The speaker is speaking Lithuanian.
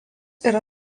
yra